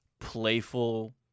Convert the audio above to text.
playful